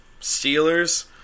Steelers